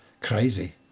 Crazy